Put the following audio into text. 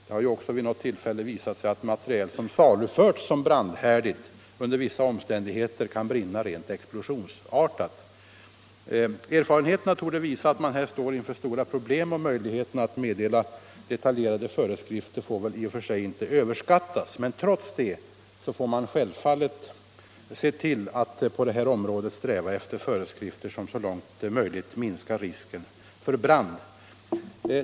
Det har också vid något tillfälle visat sig att material som saluförts som brandhärdigt under vissa omständigheter kan brinna rent explosionsartat. Erfarenheterna torde visa att man här står inför stora problem. Möjligheterna att meddela detaljerade föreskrifter får i och för sig inte överskattas, men trots detta måste vi självfallet på det här området sträva efter föreskrifter som så långt det är möjligt minskar risken för brand.